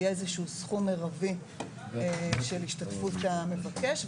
יהיה איזשהו סכום מרבי של השתתפות המבקש,